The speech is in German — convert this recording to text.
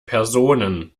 personen